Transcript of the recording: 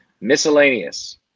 Miscellaneous